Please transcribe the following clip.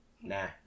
nah